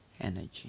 energy